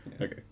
Okay